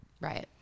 Right